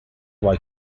why